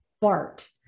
Bart